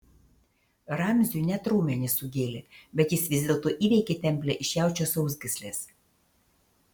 ramziui net raumenis sugėlė bet jis vis dėlto įveikė templę iš jaučio sausgyslės